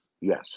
Yes